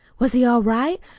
was he all right?